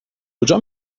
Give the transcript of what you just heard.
کجا